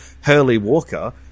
Hurley-Walker